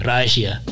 Russia